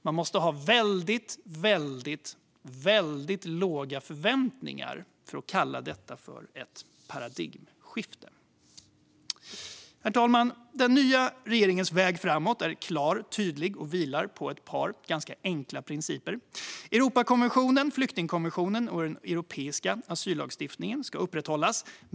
Man måste ha väldigt låga förväntningar för att kalla det ett paradigmskifte. Herr talman! Den nya regeringens väg framåt är klar, tydlig och vilar på ett par ganska enkla principer. Europakonventionen, flyktingkonventionen och den europeiska asyllagstiftningen ska upprätthållas.